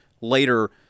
later